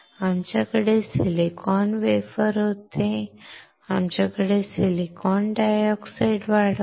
आमच्याकडे silicon wafer होते त्यावर आम्ही सिलिकॉन डायऑक्साइड वाढवले